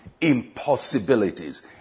impossibilities